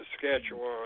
Saskatchewan